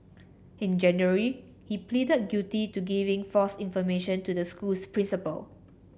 in January he pleaded guilty to giving false information to the school's principal